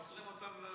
עוצרים אותם,